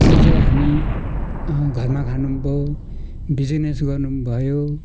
त्यो चाहिँ हामी घरमा खानु पनि भयो बिजनेस गर्नु पनि भयो